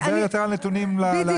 נדבר יותר על נתונים למהות.